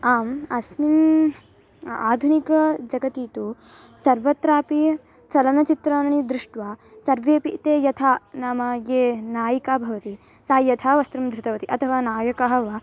आम् अस्मिन् आधुनिकाजगति तु सर्वत्रापि चलनचित्राणि दृष्ट्वा सर्वेऽपि ते यथा नाम ये नायिका भवति सा यथा वस्त्रं धृतवती अथवा नायकः वा